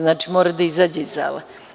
Znači, mora da izađe iz sale.